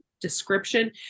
description